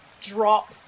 drop